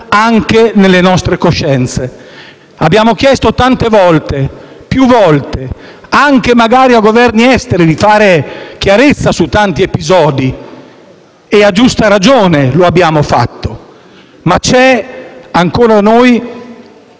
anche le nostre coscienze. Abbiamo chiesto tante volte, più volte, anche magari a Governi esteri, di fare chiarezza su tanti episodi, e a giusta ragione lo abbiamo fatto. Noi vorremmo